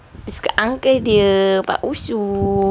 dia suka uncle dia pak usu